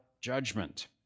judgment